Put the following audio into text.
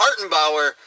Hartenbauer